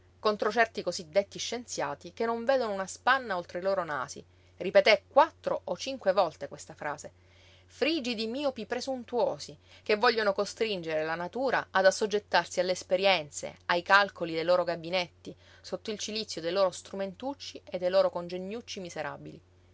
contro certi cosí detti scienziati che non vedono una spanna oltre i loro nasi ripeté quattro o cinque volte questa frase frigidi miopi presuntuosi che vogliono costringere la natura ad assoggettarsi alle esperienze ai calcoli dei loro gabinetti sotto il cilizio dei loro strumentucci e dei loro congegnucci miserabili